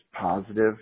positive